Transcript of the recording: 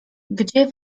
gdzie